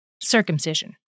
Circumcision